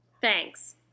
Thanks